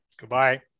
goodbye